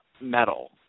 metal